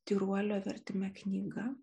tyruolio vertime knyga